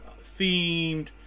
themed